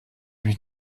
mich